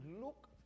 look